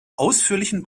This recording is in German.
ausführlichen